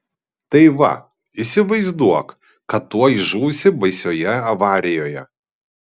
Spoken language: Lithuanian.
tai va įsivaizduok kad tuoj žūsi baisioje avarijoje